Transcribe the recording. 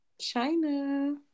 china